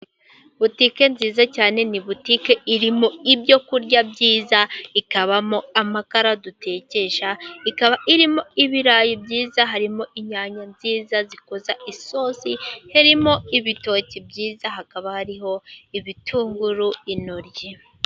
Butike nziza cyane ni butike irimo: ibyo kurya byiza, ikabamo amakara dutekesha, ikaba irimo ibirayi byiza, harimo inyanya nziza zikoza isosi, harimo ibitoki byiza ,hakaba hariho ibitunguru, intoryi,.....